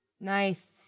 Nice